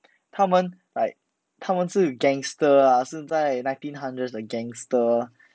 他们 like 他们是 gangster ah 是在 nineteen hundreds 的 gangster